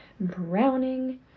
Browning